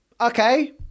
okay